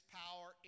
power